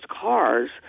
cars